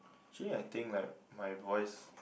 actually I think like my voice